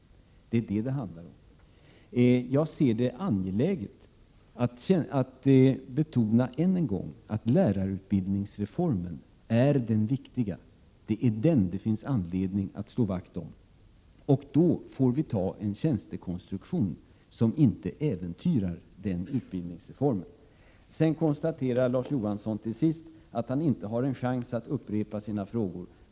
Det är vad det handlar om. Jag ser det angeläget att än en gång betona att lärarutbildningsreformen är Prot. 1987/88:101 den viktiga. Det är den det finns anledning att slå vakt om. Då får vi ta en — 15 april 1988 tjänstekonstruktion som inte äventyrar den utbildningsreformen. Larz Johansson konstaterar till sist att han inte har en chans att upprepa sina frågor.